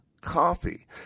coffee